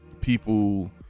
people